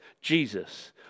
Jesus